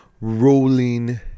rolling